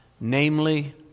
namely